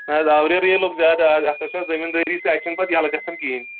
نہ حظ آوریرٕے حظ لوٚگ زیادٕ آز اَتھ حظ چھِ زٔمیٖندٲری اَتہِ چھِنہٕ پَتہٕ یَلہٕ گژھان کِہیٖنۍ